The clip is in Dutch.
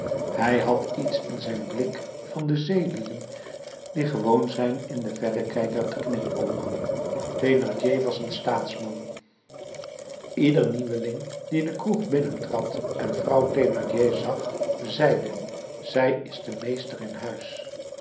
hij had iets in zijn blik van de zeelieden die gewoon zijn in den verrekijker te knipoogen thénardier was een staatsman ieder nieuweling die de kroeg binnentrad en vrouw thénardier zag zeide zij is de meester in huis